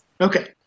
Okay